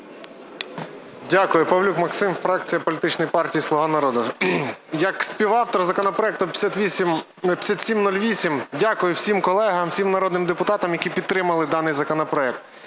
Дякую. Павлюк Максим, фракція політичної партії "Слуга народу". Як співавтор законопроекту 5708 дякую всім колегам, всім народним депутатам, які підтримали даний законопроект.